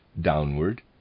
downward